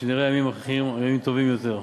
ושנראה ימים אחרים, ימים טובים יותר.